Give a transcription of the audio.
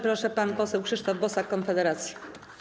Proszę, pan poseł Krzysztof Bosak, Konfederacja.